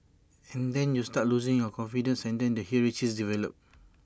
and then you start losing your confidence and then the hierarchies develop